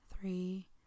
three